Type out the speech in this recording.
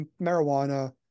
marijuana